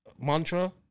mantra